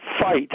fight